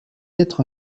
être